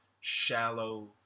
shallow